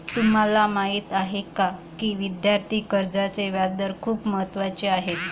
तुम्हाला माहीत आहे का की विद्यार्थी कर्जाचे व्याजदर खूप महत्त्वाचे आहेत?